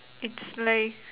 it's like